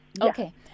Okay